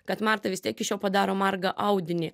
kad marta vis tiek iš jo padaro margą audinį